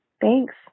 Thanks